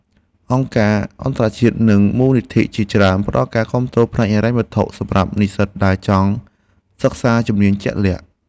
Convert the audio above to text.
អង្គការអន្តរជាតិនិងមូលនិធិជាច្រើនផ្តល់ការគាំទ្រផ្នែកហិរញ្ញវត្ថុសម្រាប់និស្សិតដែលចង់សិក្សាជំនាញជាក់លាក់។